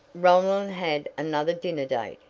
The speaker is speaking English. roland had another dinner date,